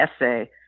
essay